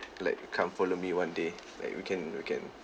like come follow me one day like we can we can